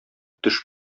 төш